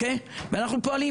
ואנחנו פועלים.